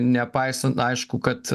nepaisan aišku kad